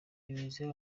imeze